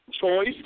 choice